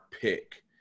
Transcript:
pick